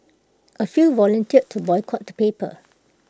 A few volunteered to boycott the paper